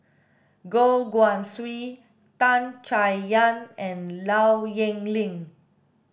Goh Guan Siew Tan Chay Yan and Low Yen Ling